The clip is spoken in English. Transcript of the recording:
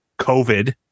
covid